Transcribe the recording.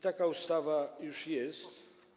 Taka ustawa już jest.